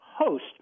host